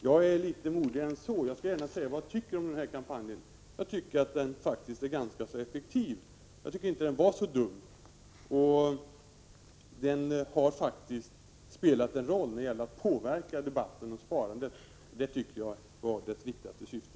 Jag är litet modigare än så och skall gärna säga vad jag tycker om kampanjen. Jag tycker att den var ganska effektiv. Den var inte så dum. Den har faktiskt spelat en roll när det gäller att påverka debatten om sparandet, och det var enligt min mening dess viktigaste syfte.